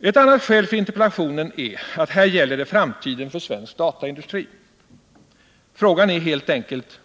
Ett annat skäl för interpellationen är att det här gäller framtiden för den svenska dataindustrin. Frågeställningen är helt enkelt: